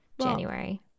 january